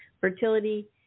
fertility